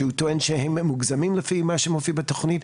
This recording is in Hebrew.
שהוא טוען שהם מוגזמים לפי מה שמופיע בתכנית.